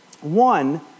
One